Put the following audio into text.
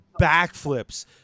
backflips